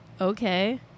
Okay